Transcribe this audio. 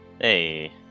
Hey